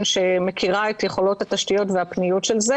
שמכירה את יכולות התשתיות והפניות של זה.